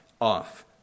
off